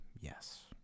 yes